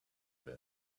been